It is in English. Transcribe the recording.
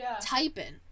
typing